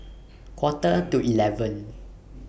Quarter to eleven